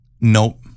Nope